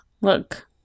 Look